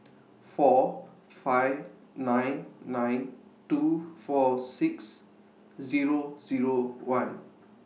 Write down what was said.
four five nine nine two four six Zero Zero one